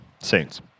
Saints